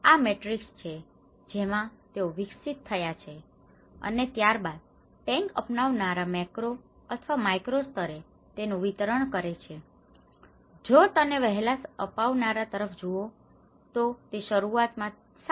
તેથી આ મેટ્રિક્સ છે જેમાં તેઓ વિકસિત થયા છે અને ત્યારબાદ ટેન્ક અપનાવનારા મેક્રો અથવા માઈક્રો સ્તરે તેનું વિતરણ કરે છે જો તને વહેલા અપનાવનરા તરફ જુઓ તો તે શરૂઆત માં 7